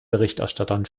berichterstattern